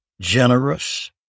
generous